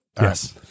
Yes